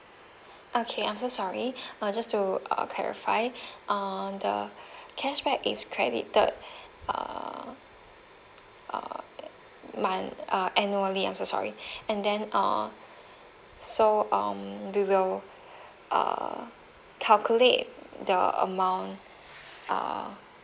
okay I'm so sorry uh just to uh clarify uh the cashback is credited uh uh month uh annually I'm so sorry and then uh so um we will uh calculate the amount uh